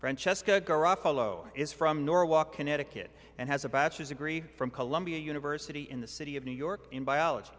francesca is from norwalk connecticut and has a bachelor's degree from columbia university in the city of new york in biology